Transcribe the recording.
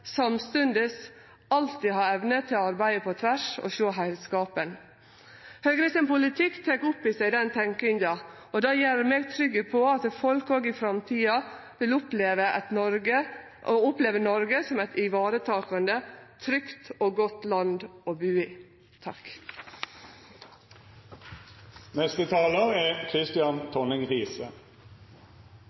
samstundes alltid ha evne til å arbeide på tvers og sjå heilskapen. Høgres politikk tek opp i seg den tenkinga, og det gjer meg trygg på at folk òg i framtida vil oppleve Noreg som eit varetakande, trygt og godt land